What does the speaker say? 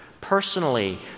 personally